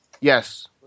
Yes